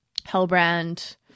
Hellbrand